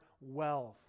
wealth